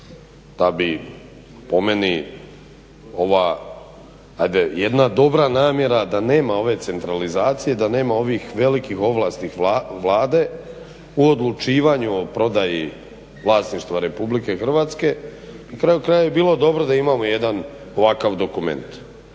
ova ajde jedna dobra namjera da nema ove centralizacije da nema ovih velikih ovlasti Vlade u odlučivanju o prodaji vlasništva RH na kraju krajeva bi bilo dobro da imamo jedan ovakav dokument.